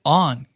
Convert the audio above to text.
on